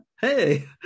Hey